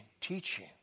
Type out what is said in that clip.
teaching